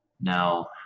now